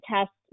tests